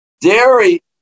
Dairy